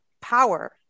power